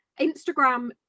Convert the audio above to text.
Instagram